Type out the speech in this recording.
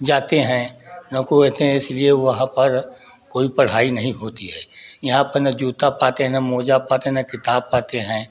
जाते हैं ना कोई रहते हैं इसीलिए वहाँ पर कोई पढ़ाई नहीं होती है यहाँ पर ना जूता पाते है ना मोजा पाते हैं ना किताब पाते है